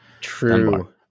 True